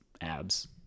abs